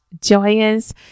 joyous